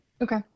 Okay